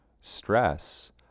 stress